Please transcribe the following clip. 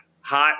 hot